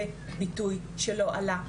זה ביטוי שלא עלה,